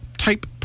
type